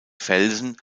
felsen